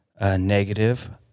negative